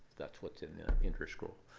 that's what's in their interscroll.